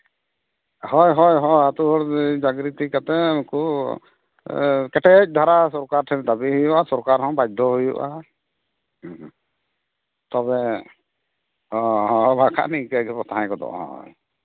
ᱦᱳᱭ ᱦᱳᱭ ᱦᱳᱭ ᱟᱹᱛᱩ ᱦᱚᱲ ᱡᱟᱜᱽᱨᱤᱛᱤ ᱠᱟᱛᱮᱫ ᱩᱱᱠᱩ ᱠᱮᱴᱮᱡ ᱫᱷᱟᱨᱟ ᱥᱚᱨᱠᱟᱨ ᱴᱷᱮᱱ ᱫᱟᱹᱵᱤ ᱦᱩᱭᱩᱜᱼᱟ ᱥᱚᱨᱠᱟᱨ ᱦᱚᱸ ᱵᱟᱫᱽᱫᱷᱚ ᱦᱩᱭᱩᱜᱼᱟ ᱛᱚᱵᱮ ᱵᱟᱠᱷᱟᱱ ᱤᱱᱠᱟᱹ ᱜᱮᱵᱚᱱ ᱛᱟᱦᱮᱸ ᱜᱚᱫᱚᱜᱼᱟ ᱦᱳᱭ